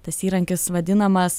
tas įrankis vadinamas